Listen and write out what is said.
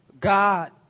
God